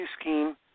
scheme